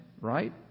right